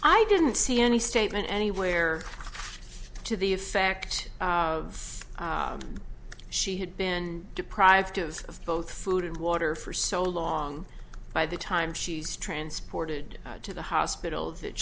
i didn't see any statement anywhere to the effect of she had been deprived of both food and water for so long by the time she's transported to the hospital that